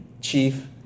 chief